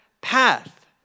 path